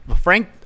frank